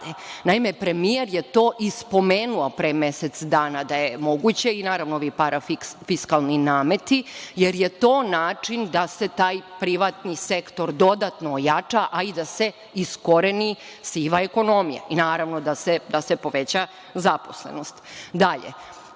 Naime, premijer je to i spomenuo pre mesec dana da je moguće, i naravno ovi parafiskalni nameti, jer je to način da se taj privatni sektor dodatno ojača, a i da se iskoreni siva ekonomija. Naravno, i da se poveća zaposlenost. Dalje,